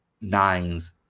nines